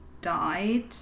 died